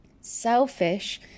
Selfish